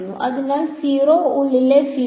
അതിനാൽ 0 ഉള്ളിലെ ഫീൽഡ്